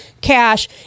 cash